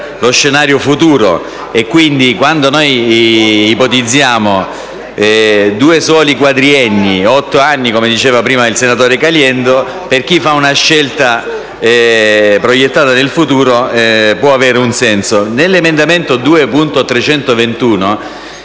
lo scenario futuro. Quando noi ipotizziamo due soli quadrienni o otto anni - come ha detto prima il senatore Caliendo - per chi fa una scelta proiettata nel futuro può avere un senso. Nell'emendamento 2.321,